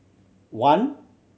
one